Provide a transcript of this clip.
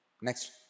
Next